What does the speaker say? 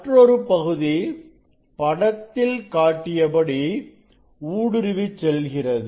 மற்றொரு பகுதி படத்தில் காட்டியபடி ஊடுருவிச் செல்கிறது